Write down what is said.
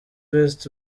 west